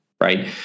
right